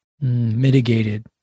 mitigated